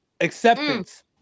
Acceptance